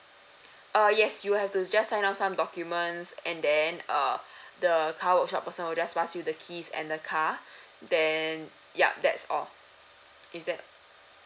uh yes you have to just sign up some documents and then err the car workshop person will just pass you the keys and the car then ya that's all is that